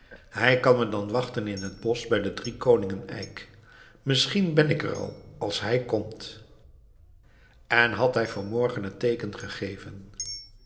hij kan me dan wachten in het bosch bij den driekoningen eik misschien ben ik er al als hij komt en had hij vanmorgen dat teeken gegeven